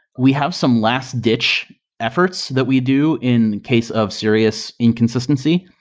we have some last-ditch efforts that we do in case of serious inconsistency.